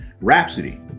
Rhapsody